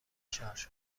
شارژ